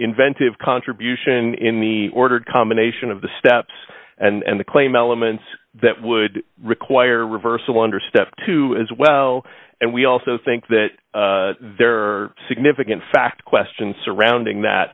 inventive contribution in the ordered combination of the steps and the claim elements that would require reversal under step two as well and we also think that there are significant fact questions surrounding that